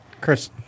Chris